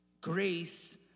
grace